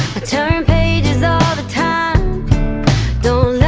turn pages all the time don't